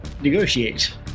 negotiate